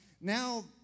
now